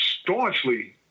staunchly